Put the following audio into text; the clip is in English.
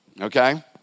okay